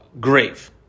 grave